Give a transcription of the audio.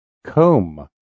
comb